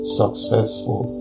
successful